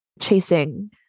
chasing